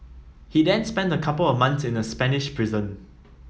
he then spent a couple of months in a Spanish prison